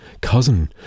cousin